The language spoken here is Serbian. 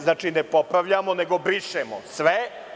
Znači, ne popravljamo, nego brišemo sve.